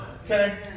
Okay